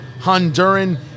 Honduran